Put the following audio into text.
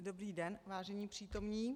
Dobrý den, vážení přítomní.